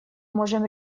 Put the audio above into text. можем